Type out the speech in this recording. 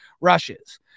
rushes